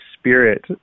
spirit